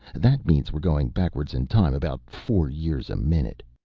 that means we're going backward in time about four years a minute.